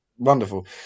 Wonderful